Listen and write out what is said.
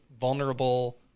vulnerable